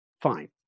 fine